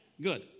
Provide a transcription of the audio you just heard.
Good